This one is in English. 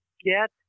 get